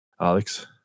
Alex